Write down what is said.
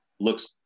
looks